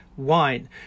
wine